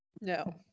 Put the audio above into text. No